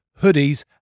hoodies